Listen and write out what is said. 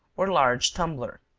or large tumbler.